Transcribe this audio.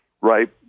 right